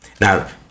Now